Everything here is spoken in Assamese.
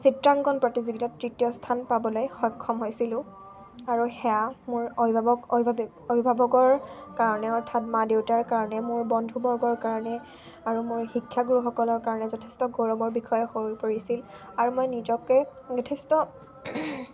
চিত্ৰাংকণ প্ৰতিযোগিতাত তৃতীয় স্থান পাবলৈ সক্ষম হৈছিলোঁ আৰু সেয়া মোৰ অভিভাৱক অভিভাৱিক অভিভাৱকৰ কাৰণে অৰ্থাৎ মা দেউতাৰ কাৰণে মোৰ বন্ধুবৰ্গৰ কাৰণে আৰু মোৰ শিক্ষাগুৰুসকলৰ কাৰণে যথেষ্ট গৌৰৱৰ বিষয়ে হৈ পৰিছিল আৰু মই নিজকে যথেষ্ট